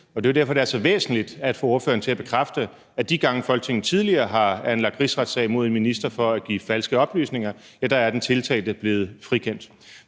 Det er jo derfor, det er så væsentligt at få ordføreren til at bekræfte, at de gange, Folketinget tidligere har anlagt rigsretssag mod en minister for at give falske oplysninger, er den tiltalte blevet frikendt.